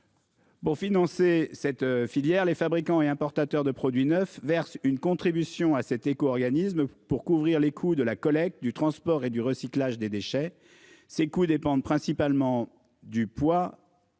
Pour financer cette filière les fabricants et importateurs de produits neufs verse une contribution à cet éco-organisme pour couvrir les coûts de la collecte du transport et du recyclage des déchets. Ces coûts dépendent principalement du poids.